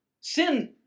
Sin